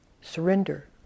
Surrender